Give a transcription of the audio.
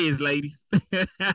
ladies